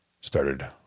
started